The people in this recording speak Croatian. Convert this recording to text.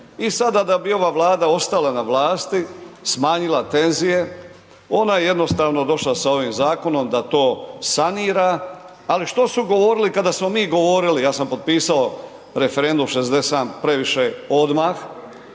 i sada da bi ova Vlada ostala na vlasti, smanjila tenzije, ona je jednostavno došla sa ovim zakonom da to sanira, ali što su govorili kada smo mi govorili, ja sam potpisao referendum „67 je previše“ odmah,